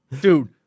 dude